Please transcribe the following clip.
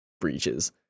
breaches